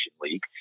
league